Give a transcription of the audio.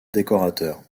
décorateur